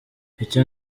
icyo